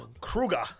Kruger